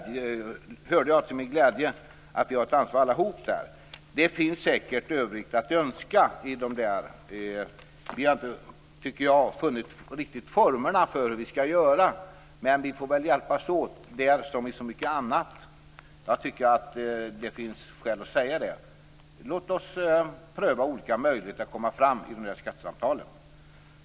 Jag hörde till min glädje att vi har ett ansvar alla där. Det finns säkert övrigt att önska. Vi har inte riktigt funnit formerna för hur vi skall göra, men vi får hjälpas åt där som i så mycket annat. Jag tycker att det finns skäl att säga det. Låt oss pröva olika möjligheter att komma fram i skattesamtalen.